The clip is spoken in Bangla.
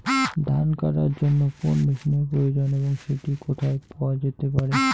ধান কাটার জন্য কোন মেশিনের প্রয়োজন এবং সেটি কোথায় পাওয়া যেতে পারে?